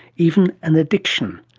even an addiction?